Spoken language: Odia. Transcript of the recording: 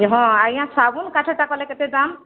ହଁ ଆଜ୍ଞା ସାଗୁନ୍ କାଠଟା କଲେ କେତେ ଦାମ୍